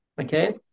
Okay